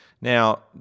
Now